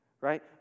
right